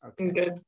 Okay